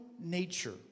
nature